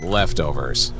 leftovers